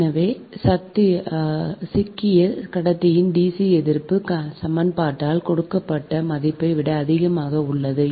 எனவே சிக்கிய கடத்தியின் dc எதிர்ப்பு சமன்பாட்டால் கொடுக்கப்பட்ட மதிப்பை விட அதிகமாக உள்ளது